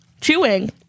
Chewing